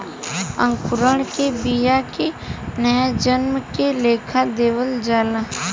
अंकुरण के बिया के नया जन्म के लेखा देखल जाला